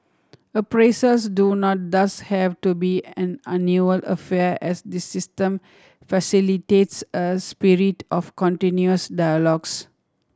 appraisals do not thus have to be an annual affair as this system facilitates a spirit of continuous dialogues